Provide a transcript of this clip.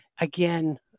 again